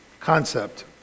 concept